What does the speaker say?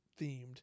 themed